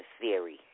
theory